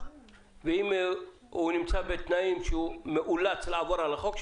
ואם הוא נמצא בתנאים שהוא מאולץ לעבור על החוק,